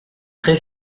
très